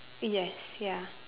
yes ya